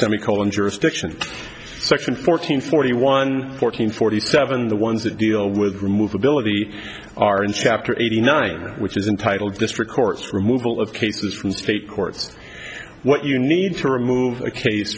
semi colon jurisdiction section fourteen forty one fourteen forty seven the ones that deal with remove ability are in chapter eighty nine which is entitle district courts removal of cases from state courts what you need to remove a case